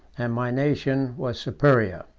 and my nation was superior.